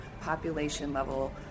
population-level